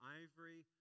ivory